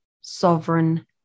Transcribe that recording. sovereign